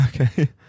Okay